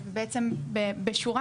בשורה,